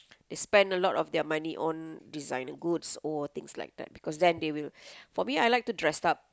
they spend a lot of their money on designer goods or things like that then they will for me I like to dress up